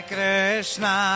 Krishna